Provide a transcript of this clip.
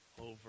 over